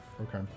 Okay